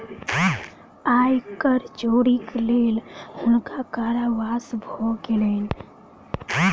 आय कर चोरीक लेल हुनका कारावास भ गेलैन